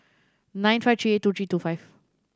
nine five three eight two three two five